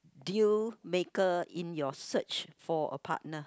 deal maker in your search for a partner